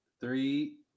three